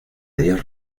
dios